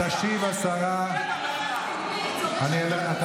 אתה לא תדבר ככה אל אלוף אלעזר שטרן.